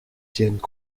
tiennent